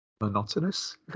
monotonous